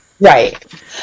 right